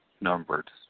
numbered